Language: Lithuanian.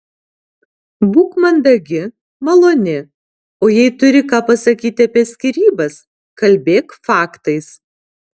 būk mandagi maloni o jei turi ką pasakyti apie skyrybas kalbėk faktais